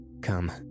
Come